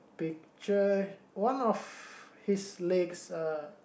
picture one of his legs uh